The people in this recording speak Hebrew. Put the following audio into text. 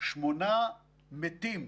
8 מתים,